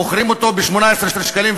ומוכרים אותו ב-18 שקלים.